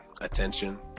attention